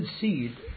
seed